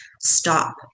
stop